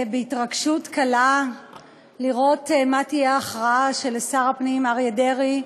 בהתרגשות קלה לראות מה תהיה ההכרעה של שר הפנים אריה דרעי,